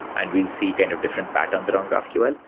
and we'll see kind of different patterns around graphql.